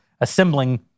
assembling